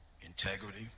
integrity